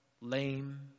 lame